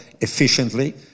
efficiently